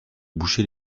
boucher